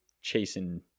chasing